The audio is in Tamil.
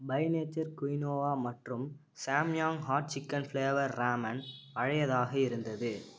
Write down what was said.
பை நேச்சர் குயினோவா மற்றும் Samyang hot chicken flavour ramen பழையதாக இருந்தது